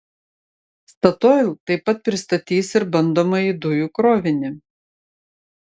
statoil taip pat pristatys ir bandomąjį dujų krovinį